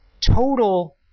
total